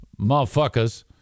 motherfuckers